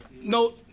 No